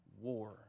war